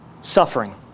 suffering